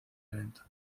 evento